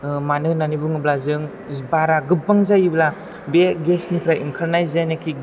मानो होन्नानै बुङोब्ला जों बारा गोबां जायोब्ला बे गेसनिफ्राय ओंखारनाय जायनाखि